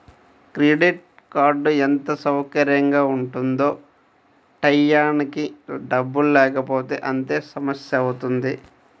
credit card ఎంత సౌకర్యంగా ఉంటుందో టైయ్యానికి డబ్బుల్లేకపోతే అంతే సమస్యవుతుంది